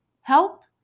Help